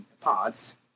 pods